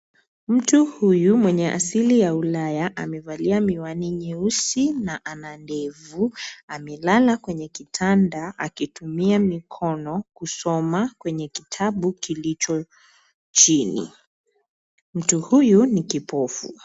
Mtu huyu mwenye asili ya Ulaya amevalia miwani nyeusi na ana ndevu. Amelala kwenye kitanda akitumia mikono kusoma kwenye kitabu kilicho chini. Mtu huyu ni kipofu.